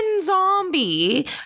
zombie